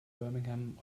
birmingham